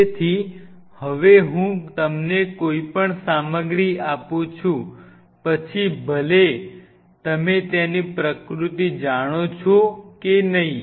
તેથી હવે હું તમને કોઈપણ સામગ્રી આપું છું પછી ભલે તમે તેની પ્રકૃતિ જાણો છો કે નહીં